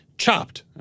Chopped